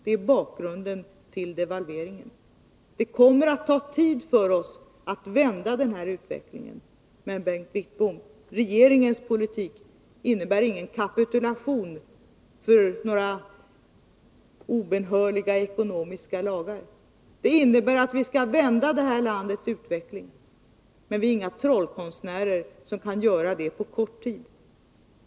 Detta är bakgrunden till devalveringen. Det kommer att ta tid för oss att vända den här utvecklingen. Men, Bengt Wittbom, regeringens politik innebär ingen kapitulation för några obönhörliga ekonomiska lagar. Den innebär att vi skall vända det här landets utveckling. Men vi är inga trollkonstnärer som kan göra det på kort tid.